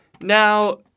Now